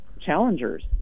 challengers